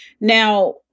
Now